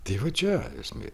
tai va čia esmė